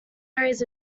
areas